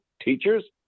teachers